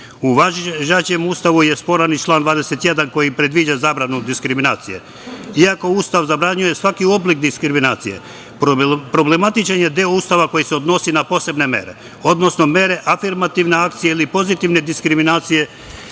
važećem Ustavu je sporan i član 21. koji predviđa zabranu diskriminacije. Iako Ustav zabranjuje svaki oblik diskriminacije, problematičan je deo Ustava koji se odnosi na posebne mere, odnosno mere afirmativne akcije ili pozitivne diskriminacije